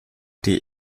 die